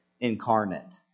incarnate